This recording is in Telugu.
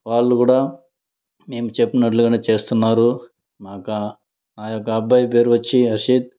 వాళ్ళు కూడ మేము చెప్పినట్లుగానే చేస్తున్నారు మాకా మా యొక్క అబ్బాయి పేరొచ్చి అశిత్